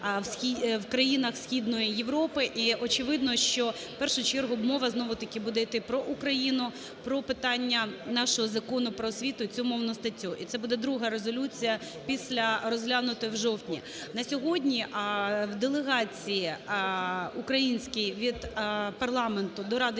в країнах Східної Європи. І очевидно, що в першу чергу мова знову-таки буде йти про Україну, про питання нашого Закону "Про освіту" і цю мовну статтю. І це буде друга резолюція після розглянутої в жовтні. На сьогодні в делегації українській від парламенту до Ради